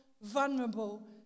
vulnerable